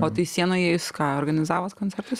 o tai sienoje jūs ką organizavot koncertus